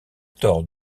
tort